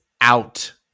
out